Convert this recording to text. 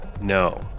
No